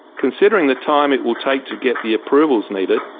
considering the time it will take to get the approvals needed,